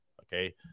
okay